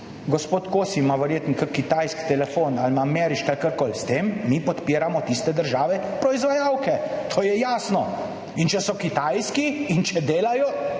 gospod Kos ima verjetno kitajski ali ameriški telefon ali karkoli. S tem mi podpiramo tiste države proizvajalke. To je jasno. Če so kitajski in če delajo,